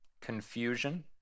confusion